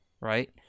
right